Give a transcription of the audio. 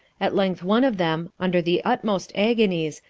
at length one of them, under the utmost agonies,